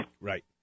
Right